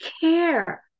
care